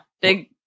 Big